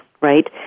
right